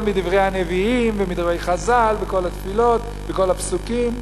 מדברי הנביאים ומדברי חז"ל וכל התפילות וכל הפסוקים?